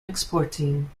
exporting